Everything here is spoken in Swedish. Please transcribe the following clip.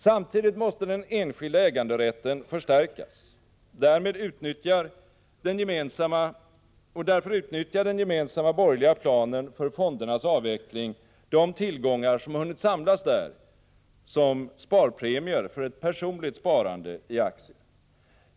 Samtidigt måste den enskilda äganderätten förstärkas. Därför utnyttjar den gemensamma borgerliga planen för fondernas avveckling de tillgångar som hunnit samlas där som sparpremier för ett personligt sparande i aktier.